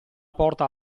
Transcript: porta